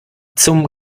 zum